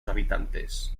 habitantes